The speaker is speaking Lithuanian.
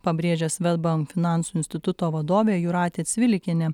pabrėžė swedbank finansų instituto vadovė jūratė cvilikienė